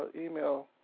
email